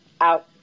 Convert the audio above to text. out